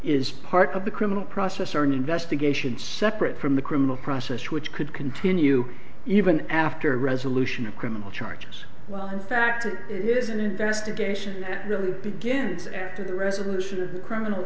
is part of the criminal process or an investigation separate from the criminal process which could continue even after resolution of criminal charges well in fact it is an investigation that really begins after the resolution of criminal